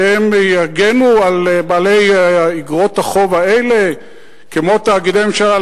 שהם יגנו על בעלי איגרות החוב האלה כמו תאגידי ממשלה?